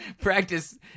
practice